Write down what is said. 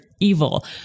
evil